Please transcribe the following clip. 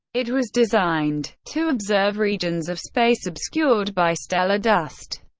it was designed to observe regions of space obscured by stellar dust.